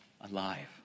alive